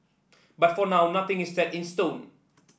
but for now nothing is set in stone